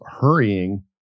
hurrying